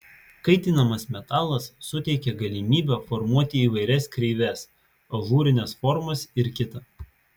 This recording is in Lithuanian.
kaitinamas metalas suteikia galimybę formuoti įvairias kreives ažūrines formas ir kita